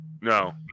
No